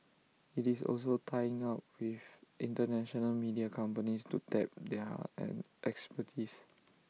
IT is also tying up with International media companies to tap their an expertise